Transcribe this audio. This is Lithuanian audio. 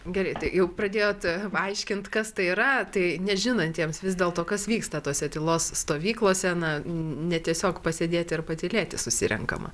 gerai tai jau pradėjot aiškint kas tai yra tai nežinantiems vis dėlto kas vyksta tose tylos stovyklose na ne tiesiog pasėdėti ir patylėti susirenkama